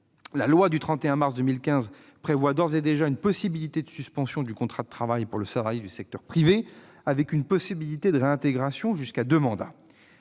La loi du 31 mars 2015 prévoit d'ores et déjà une possibilité de suspension du contrat de travail pour le salarié du secteur privé, avec une possibilité de réintégration au bout de deux mandats